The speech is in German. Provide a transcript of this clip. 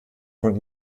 von